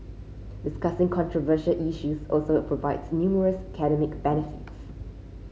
discussing controversial issues also provides numerous academic benefits